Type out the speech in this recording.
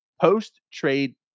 post-trade